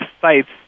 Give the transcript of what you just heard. sites